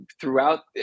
throughout